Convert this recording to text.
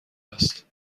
است